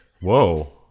Whoa